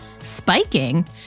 spiking